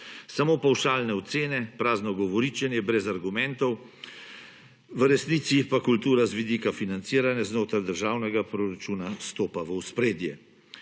Samo pavšalne ocene, prazno govoričenje brez argumentov, v resnici pa kultura z vidika financiranja znotraj državnega proračuna stopa v ospredje.